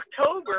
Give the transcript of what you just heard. October